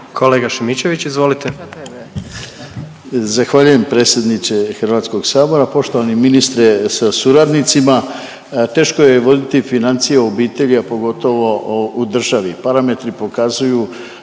Kolega Šimičević izvolite.